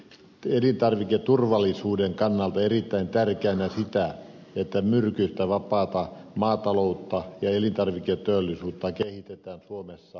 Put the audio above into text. pidänkin elintarviketurvallisuuden kannalta erittäin tärkeänä sitä että myrkyistä vapaata maataloutta ja elintarviketeollisuutta kehitetään suomessa nykyiseen malliin